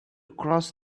cross